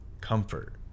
comfort